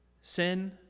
sin